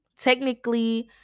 Technically